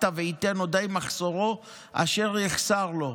והעבט תעביטנו די מַחְסֹרוֹ אשר יחסר לו".